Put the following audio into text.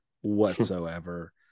whatsoever